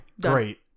great